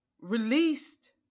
released